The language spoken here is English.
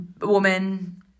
woman